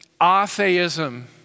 atheism